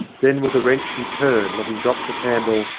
then, with a wrench, he turned, letting drop the candle,